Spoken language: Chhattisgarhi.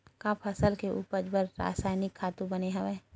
का फसल के उपज बर रासायनिक खातु बने हवय?